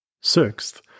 Sixth